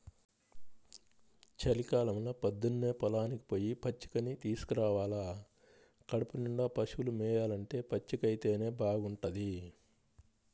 చలికాలంలో పొద్దన్నే పొలానికి పొయ్యి పచ్చికని తీసుకురావాల కడుపునిండా పశువులు మేయాలంటే పచ్చికైతేనే బాగుంటది